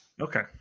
okay